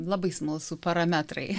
labai smalsu parametrai